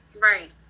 Right